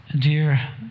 Dear